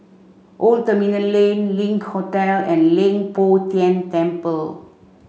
Old Terminal Lane Link Hotel and Leng Poh Tian Temple